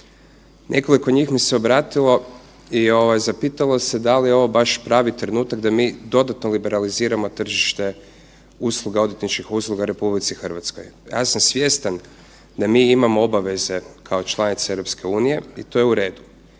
Nekoliko njih mi se obratilo i zapitalo se da li je ovo vaš pravi trenutak da mi dodatno liberaliziramo tržište odvjetničkih usluga u RH. ja sam svjestan da mi imamo obaveze kao članica EU i to je uredu,